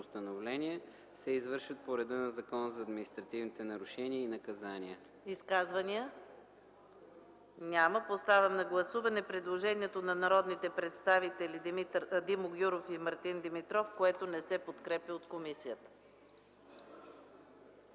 се извършват по реда на Закона за административните нарушения и наказания.” ПРЕДСЕДАТЕЛ ЕКАТЕРИНА МИХАЙЛОВА: Изказвания? Няма. Поставям на гласуване предложението на народни представители Димо Гяуров и Мартин Димитров, което не се подкрепя от комисията.